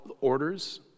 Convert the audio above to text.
orders